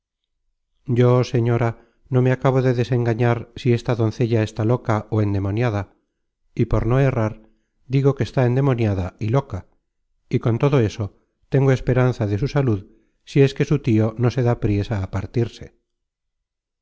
yo señora no me acabo de desengañar si esta doncella está loca ó endemoniada y por no errar digo que está endemoniada y su tio no se da priesa á partirse